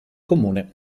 comune